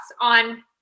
on